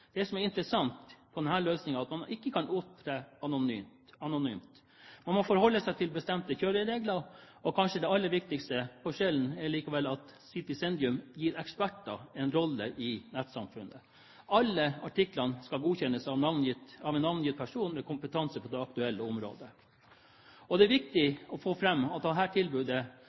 det som er interessant ved denne løsningen, er at man ikke kan opptre anonymt. Man må forholde seg til bestemte kjøreregler. Kanskje den aller viktigste forskjellen likevel er at Citizendium gir eksperter en rolle i nettsamfunnet. Alle artiklene skal godkjennes av en navngitt person med kompetanse på det aktuelle området. Det er viktig å få fram at også dette tilbudet